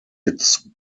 its